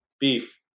beef